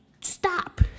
Stop